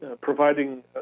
providing